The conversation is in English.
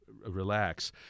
relax